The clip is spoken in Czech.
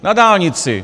Na dálnici!